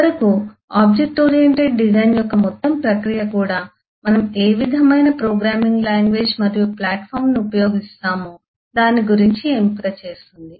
చివరకు object oriented design యొక్క మొత్తం ప్రక్రియ కూడా మనం ఏ విధమైన ప్రోగ్రామింగ్ లాంగ్వేజ్ మరియు ప్లాట్ఫామ్ను ఉపయోగిస్తామో దాని గురించి ఎంపిక చేస్తుంది